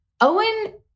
Owen